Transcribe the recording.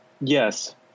Yes